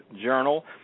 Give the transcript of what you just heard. Journal